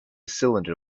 cylinder